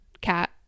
cat